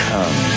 Come